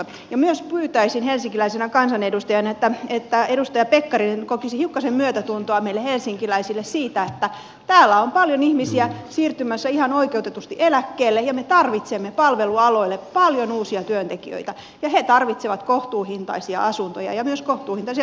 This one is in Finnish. myös pyytäisin helsinkiläisenä kansanedustajana että edustaja pekkarinen kokisi hiukkasen myötätuntoa meille helsinkiläisille siitä että täällä on paljon ihmisiä siirtymässä ihan oikeutetusti eläkkeelle ja me tarvitsemme palvelualoille paljon uusia työntekijöitä ja he tarvitsevat kohtuuhintaisia asuntoja ja myös kohtuuhintaisia vuokra asuntoja